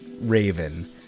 Raven